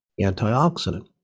antioxidant